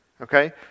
Okay